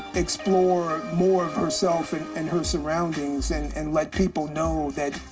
explore more of herself and and her surroundings and and let people know that,